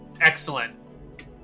Excellent